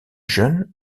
jeunes